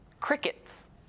crickets